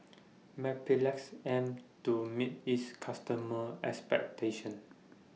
Mepilex aims to meet its customers' expectations